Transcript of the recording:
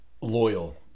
loyal